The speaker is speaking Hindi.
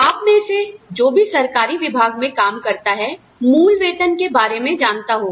आप में से जो भी सरकारी विभाग में काम करता है मूल वेतन के बारे में जानता होगा